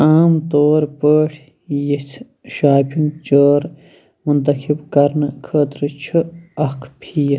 عام طور پٲٹھۍ یِژھٕ شِپِنٛگ چارٕ منتخب کَرنہٕ خٲطرٕ چھُ اَکھ فیٖس